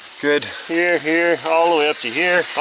good. here, here, all the way up to here.